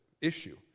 issue